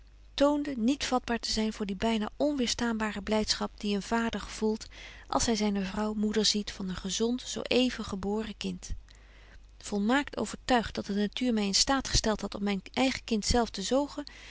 toonde niet vatbaar te zyn voor die byna onweerstaanbare blydschap die een vader gevoelt als hy zyne vrouw moeder ziet van een gezont zo even geboren kind volmaakt overtuigt dat de natuur my in staat gestelt hadt om myn eigen kind zelf te zogen